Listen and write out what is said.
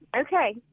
Okay